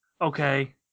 okay